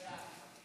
בעד.